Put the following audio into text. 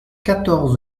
quatorze